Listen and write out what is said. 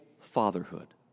fatherhood